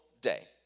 day